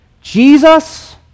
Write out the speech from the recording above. Jesus